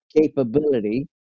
capability